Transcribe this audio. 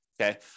okay